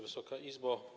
Wysoka Izbo!